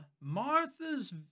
Martha's